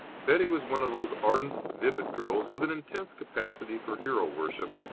betty was one of those ardent, vivid girls, with an intense capacity for hero-worship,